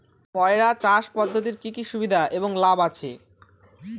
পয়রা চাষ পদ্ধতির কি কি সুবিধা এবং লাভ আছে?